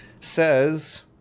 says